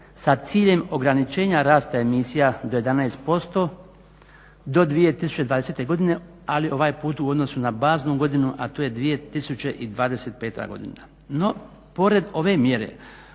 sa ciljem ograničenja rasta emisija do 11% do 2020. godine, ali ovaj put u odnosu na baznu godinu, a to je 2025. godina. No, pored ove mjere